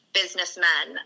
businessmen